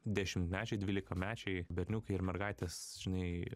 dešimtmečiai dvylikamečiai berniukai ir mergaitės žinai